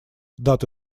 даты